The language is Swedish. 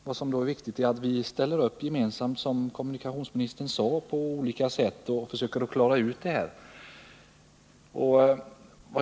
Vad som då är viktigt är att vi gemensamt ställer upp, som kommunikationsministern sade, för att på olika sätt försöka klara problemen.